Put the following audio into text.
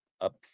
up